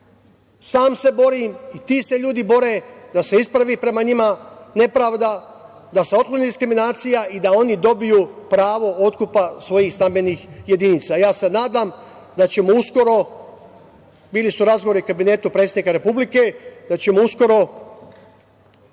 sam se borim i ti se ljudi bore da se ispravi prema njima nepravda, da se otkloni diskriminacija i da oni dobiju pravo otkupa svojih stambenih jedinica. Ja se nadam da ćemo uskoro, bili su razgovori u kabinetu predsednika Republike, da ćemo uskoro